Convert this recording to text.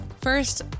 First